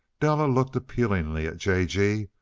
della looked appealingly at j. g,